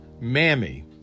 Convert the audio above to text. Mammy